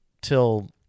till